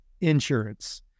insurance